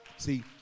see